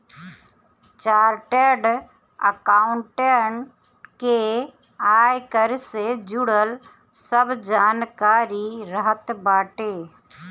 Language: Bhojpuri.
चार्टेड अकाउंटेंट के आयकर से जुड़ल सब जानकारी रहत बाटे